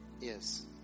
Yes